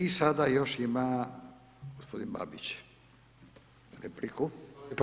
I sada još ima gospodin Babić repliku.